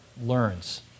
learns